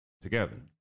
together